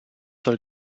soll